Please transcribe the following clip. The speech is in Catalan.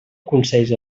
consells